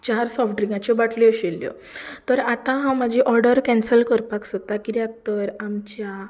चार सॉफ्ट ड्रिकांच्यो बाटल्यो आशिल्ल्यो तर आतां हांव म्हजी ऑर्डर कॅन्सल करपाक सोदतां कित्याक तर आमच्या